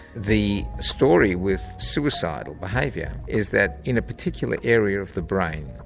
the story with suicidal behaviour is that, in a particular area of the brain,